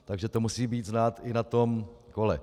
Takže to musí být znát i na tom kole.